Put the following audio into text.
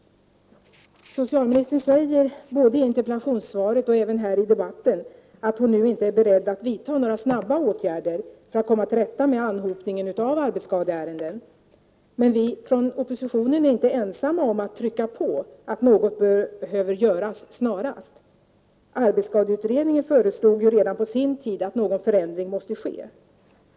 Socialministern säger både i interpellationssvaret och här i debatten att hon nu inte är beredd att vidta några snabba åtgärder för att komma till rätta med anhopningen av arbetsskadeärenden. Men vi från oppositionen är inte — Prot. 1987/88:40 ensamma om att trycka på att något behöver göras snarast. Arbetsskadeut 8 december 1987 redningen föreslog redan på sin tid att någon förändring skulle ske.